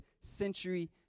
century